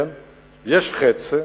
יש חצי,